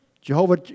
Jehovah